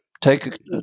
Take